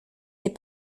les